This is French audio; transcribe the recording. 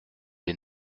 des